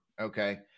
okay